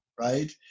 right